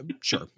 sure